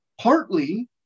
partly